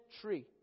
tree